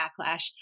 backlash